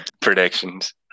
predictions